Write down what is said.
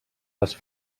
les